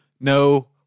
no